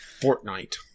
Fortnite